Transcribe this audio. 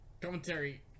Commentary